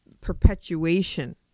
perpetuation